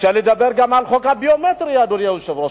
אפשר לדבר גם על החוק הביומטרי, אדוני היושב-ראש.